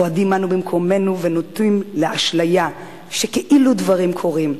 צועדים אנו במקומנו ונוטים לאשליה שכאילו דברים קורים.